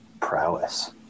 prowess